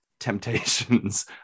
temptations